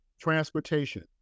transportation